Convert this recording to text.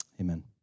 amen